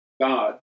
God